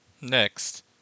Next